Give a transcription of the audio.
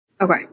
okay